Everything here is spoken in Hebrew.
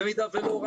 במידה ולא,